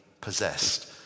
possessed